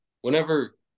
whenever